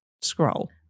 scroll